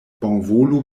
bonvolu